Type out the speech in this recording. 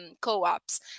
co-ops